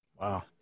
Wow